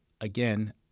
again